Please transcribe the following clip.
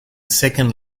second